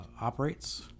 operates